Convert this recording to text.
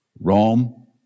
Rome